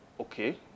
Okay